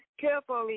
Carefully